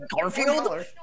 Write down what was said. Garfield